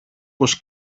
πως